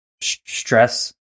stress